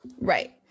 Right